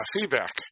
feedback